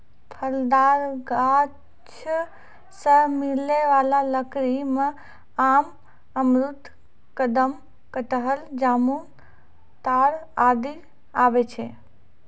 फलदार गाछ सें मिलै वाला लकड़ी में आम, अमरूद, कदम, कटहल, जामुन, ताड़ आदि आवै छै